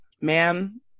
ma'am